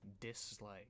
dislike